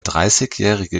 dreißigjährige